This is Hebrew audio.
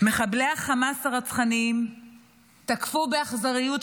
מחבלי החמאס הרצחניים תקפו באכזריות את יישובינו,